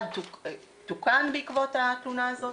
אחד תוקן בעקבות התלונה הזאת,